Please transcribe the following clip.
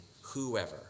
whoever